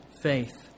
faith